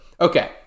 okay